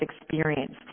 experience